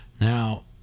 Now